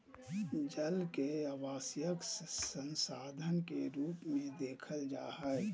जल के आवश्यक संसाधन के रूप में देखल जा हइ